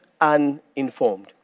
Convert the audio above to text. uninformed